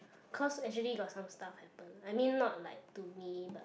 cause actually got some stuff happen I mean not like to me but